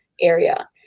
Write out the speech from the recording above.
area